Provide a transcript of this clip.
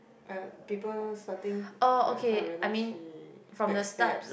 oh ya people starting start to realize she backstabs